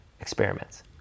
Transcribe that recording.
experiments